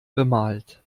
bemalt